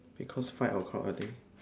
because five o-clock I think